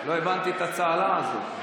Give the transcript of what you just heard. אה, לא הבנתי את הצהלה הזאת.